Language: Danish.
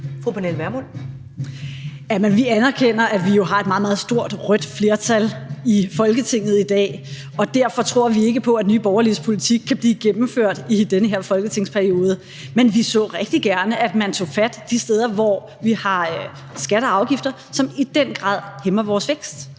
Pernille Vermund (NB): Jamen vi anerkender, at der jo er et meget, meget stort rødt flertal i Folketinget i dag, og derfor tror vi ikke på, at Nye Borgerliges politik kan blive gennemført i den her folketingsperiode. Men vi så rigtig gerne, at man tog fat de steder, hvor vi har skatter og afgifter, som i den grad hæmmer vores vækst.